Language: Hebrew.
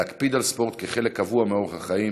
להקפיד על ספורט כחלק קבוע מאורח החיים